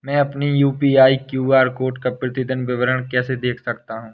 मैं अपनी UPI QR code का प्रतीदीन विवरण कैसे देख सकता हूँ?